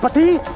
but the